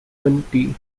county